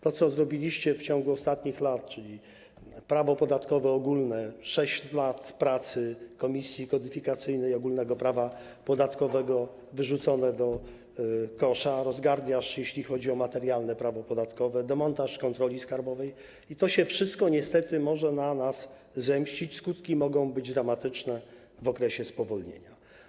To, co zrobiliście w ciągu ostatnich lat, czyli ogólne prawo podatkowe, 6 lat pracy Komisji Kodyfikacyjnej Ogólnego Prawa Podatkowego wyrzucone do kosza, rozgardiasz, jeśli chodzi o materialne prawo podatkowe, demontaż kontroli skarbowej - to wszystko niestety może się na nas zemścić, skutki mogą być dramatyczne w okresie spowolnienia.